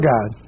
God